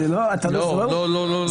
לא, לא.